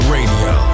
Radio